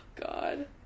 God